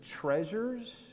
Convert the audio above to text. treasures